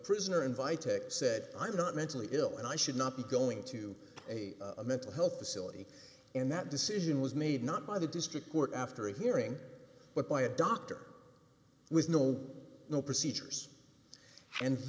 prisoner invited said i'm not mentally ill and i should not be going to a mental health facility and that decision was made not by the district court after a hearing but by a doctor with no no procedures and